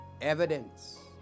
evidence